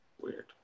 weird